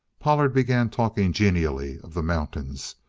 pollard began talking genially of the mountains,